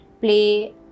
play